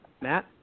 Matt